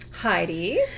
Heidi